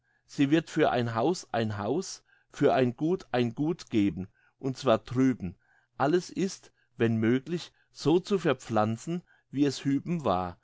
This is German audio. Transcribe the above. sie wird für ein haus ein haus für ein gut ein gut geben und zwar drüben alles ist wenn möglich so zu verpflanzen wie es hüben war